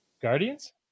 Guardians